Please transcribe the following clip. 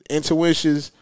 Intuition's